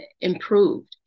improved